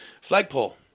flagpole